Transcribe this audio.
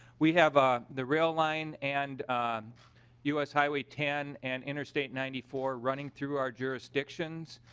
we have ah the rail line and u s. highway ten and interstate ninety four running through our jurisdictions